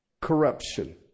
corruption